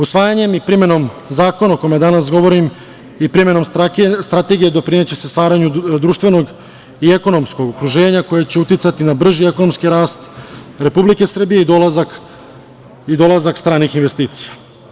Usvajanjem i primenom zakona o kome danas govorim i primenom Strategije doprineće se stvaranju društvenog i ekonomskog okruženja koje će uticati na brži ekonomski rast Republike Srbije i dolazak stranih investicija.